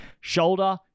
shoulder